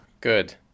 good